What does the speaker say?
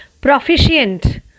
proficient